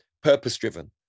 purpose-driven